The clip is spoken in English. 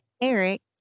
Eric